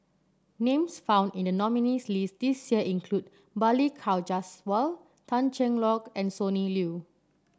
names found in the nominees' list this year include Balli Kaur Jaswal Tan Cheng Lock and Sonny Liew